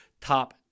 top